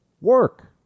work